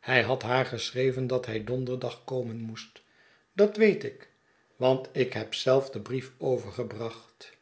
hij had haar geschreven dat zij donderdag komen moest dat weet ik want ik heb zelf den brief overgebracht